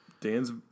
Dan's